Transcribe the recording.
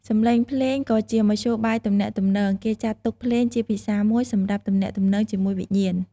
សម្លេងភ្លេងក៏ជាមធ្យោបាយទំនាក់ទំនង គេចាត់ទុកភ្លេងជាភាសាមួយសម្រាប់ទំនាក់ទំនងជាមួយវិញ្ញាណ។